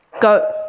Go